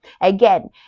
again